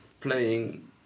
playing